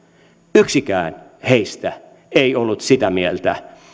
yksikään heistä ei ollut sitä mieltä